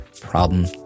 problem